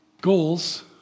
Goals